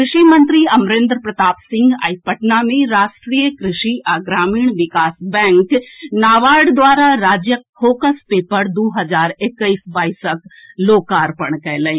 कृषि मंत्री अमरेन्द्र प्रताप सिंह आई पटना मे राष्ट्रीय कृषि आ ग्रामीण विकास बैंक नाबार्ड द्वारा तैयार राज्यक फोकस पेपर दू हजार एक्कैस बाईसक लोकार्पण कएलनि